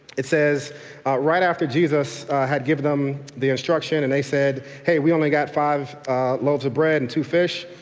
it says right after jesus had given them the instruction and they said hey, we only got five loaves of bread and two fish,